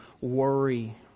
worry